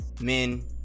men